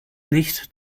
nicht